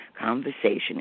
conversation